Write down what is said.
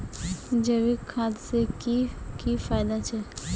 जैविक खाद से की की फायदा छे?